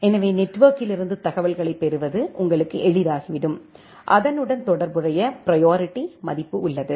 எனவே நெட்வொர்க்கிலிருந்து தகவல்களைப் பெறுவது உங்களுக்கு எளிதாகிவிடும் அதனுடன் தொடர்புடைய பிரியாரிட்டி மதிப்பு உள்ளது